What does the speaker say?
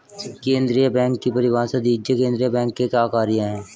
केंद्रीय बैंक की परिभाषा दीजिए केंद्रीय बैंक के क्या कार्य हैं?